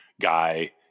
guy